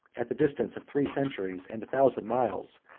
at the distance of three centuries, and a thousand miles,